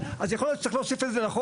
אז יכול להיות שצריך להוסיף את זה לחוק.